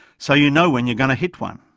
so you know when you are going to hit one.